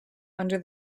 under